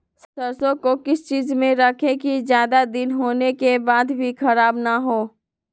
सरसो को किस चीज में रखे की ज्यादा दिन होने के बाद भी ख़राब ना हो?